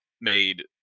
made